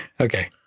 Okay